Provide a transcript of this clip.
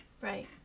Right